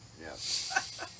Yes